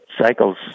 cycles